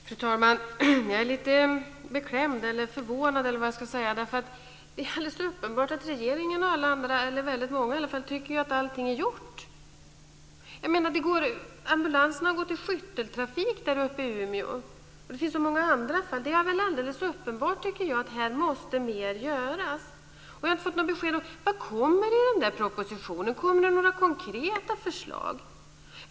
Fru talman! Jag är lite beklämd eller förvånad - eller vad jag ska säga. Det är nämligen alldeles uppenbart att regeringen och alla andra - eller väldigt många i alla fall - tycker att allting är gjort. Ambulansen har gått i skytteltrafik där uppe i Umeå, och det finns många andra fall också. Jag tycker att det är uppenbart att mer måste göras. Vi har inte fått något besked om vad som kommer i den där propositionen. Kommer det några konkreta förslag?